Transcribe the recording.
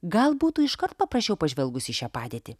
gal būtų iškart paprašiau pažvelgus į šią padėtį